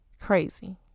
crazy